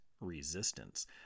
resistance